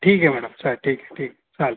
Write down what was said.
ठीक आहे मॅडम चाले ठीक ठीक चाल